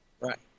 Right